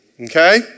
Okay